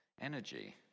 energy